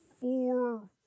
four